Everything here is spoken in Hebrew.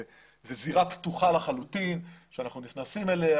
זו זירה פתוחה לחלוטין שאנחנו נכנסים אליה.